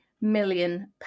million